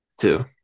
Two